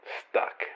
stuck